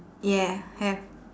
yeah have